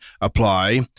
apply